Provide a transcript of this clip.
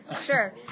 Sure